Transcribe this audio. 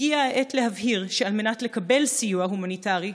הגיעה העת להבהיר שעל מנת לקבל סיוע הומניטרי,